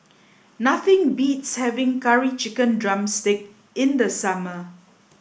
nothing beats having Curry Chicken Drumstick in the summer